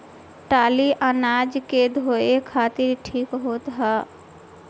टाली अनाज के धोए खातिर ठीक होत ह